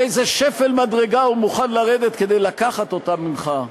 לאיזה שפל מדרגה הוא מוכן לרדת כדי לקחת אותה ממך.